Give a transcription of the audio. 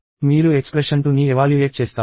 మీరు ఎక్స్ప్రెషన్ 2ని ఎవాల్యుయేట్ చేస్తారు